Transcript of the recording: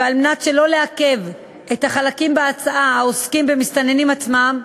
ועל מנת שלא לעכב את החלקים בהצעה העוסקים במסתננים עצמם,